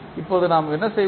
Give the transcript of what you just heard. இப்போது நாம் என்ன செய்வோம்